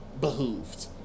behooved